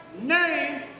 name